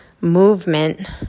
movement